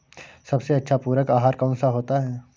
सबसे अच्छा पूरक आहार कौन सा होता है?